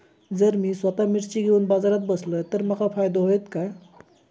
जर मी स्वतः मिर्ची घेवून बाजारात बसलय तर माका फायदो होयत काय?